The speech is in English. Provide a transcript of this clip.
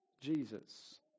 jesus